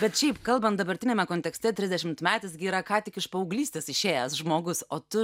bet šiaip kalbant dabartiniame kontekste trisdešimtmetis gi yra ką tik iš paauglystės išėjęs žmogus o tu